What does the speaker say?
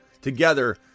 together